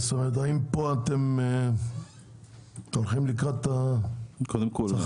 האם פה אתם הולכים לקראת הצרכנים?